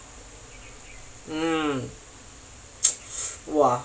mm !wah!